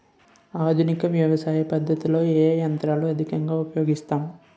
ఆధునిక వ్యవసయ పద్ధతిలో ఏ ఏ యంత్రాలు అధికంగా ఉపయోగిస్తారు?